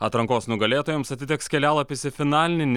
atrankos nugalėtojams atiteks kelialapis į finalinį